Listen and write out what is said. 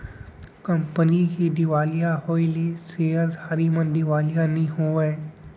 company के देवालिया होएले सेयरधारी मन देवालिया नइ होवय